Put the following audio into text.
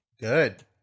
good